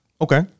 Okay